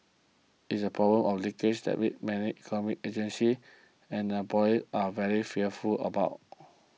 it is the problem of 'leakage' that many economic agencies and employers are very fearful about